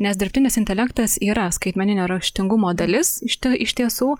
nes dirbtinis intelektas yra skaitmeninio raštingumo dalis iš ti iš tiesų